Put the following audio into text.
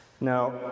Now